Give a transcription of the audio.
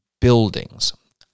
buildings